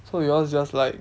so yours is just like